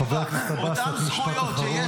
חבר הכנסת עבאס, משפט אחרון.